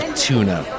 tuna